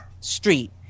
street